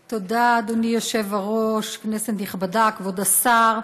תודה, אדוני היושב-ראש, כנסת נכבדה, כבוד השר,